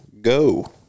go